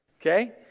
Okay